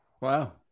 Wow